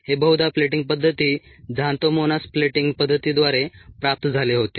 हे बहुधा प्लेटिंग पद्धती झांथोमोनास प्लेटिंग पद्धतीद्वारे प्राप्त झाले होते